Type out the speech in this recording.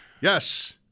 yes